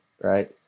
Right